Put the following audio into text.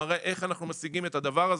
שמראה איך אנחנו משיגים את הדבר הזה.